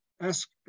ask